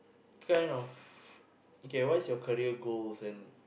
kind of okay what's your career goals and